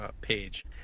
page